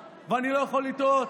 ואני לא יכול שלא לתהות